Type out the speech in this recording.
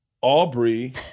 Aubrey